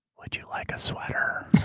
would you like a sweater?